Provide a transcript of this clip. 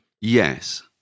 Yes